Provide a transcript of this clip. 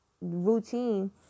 routine